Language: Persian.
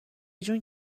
جون